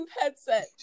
headset